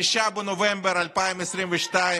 הממשלה מועלת בסדר-היום שאותו הציג ראש